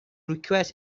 request